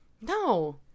No